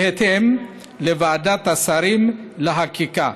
זה בהתאם לוועדת השרים לחקיקה.